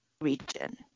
region